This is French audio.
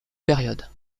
période